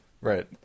Right